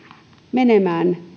menemään